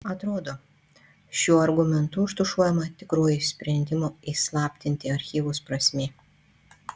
atrodo šiuo argumentu užtušuojama tikroji sprendimo įslaptinti archyvus prasmė